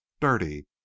dirty